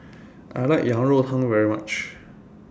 I like Yang Rou Tang very much